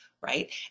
right